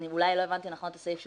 אולי לא הבנתי נכון את הסעיף שהוסף.